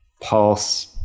pulse